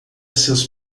seus